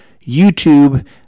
YouTube